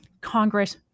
Congress